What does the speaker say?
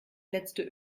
letzte